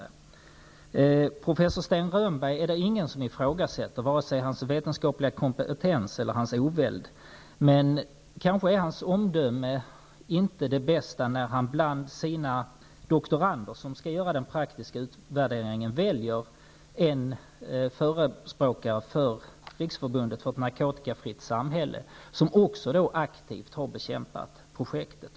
Det är ingen som ifrågasätter professor Sten Rönnberg, vare sig hans vetenskapliga kompetens eller hans oväld, men kanske är hans omdöme inte det bästa när han bland sina doktorander, som skall göra den praktiska utvärderingen, väljer en förespråkare för Riksförbundet för ett narkotikafritt samhälle som också aktivt har bekämpat projektet.